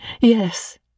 Yes